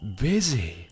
Busy